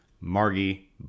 Margie